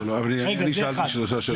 לא, אני שאלתי שלוש שאלות.